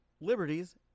liberties